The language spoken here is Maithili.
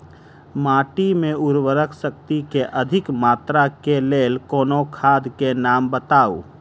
माटि मे उर्वरक शक्ति केँ अधिक मात्रा केँ लेल कोनो खाद केँ नाम बताऊ?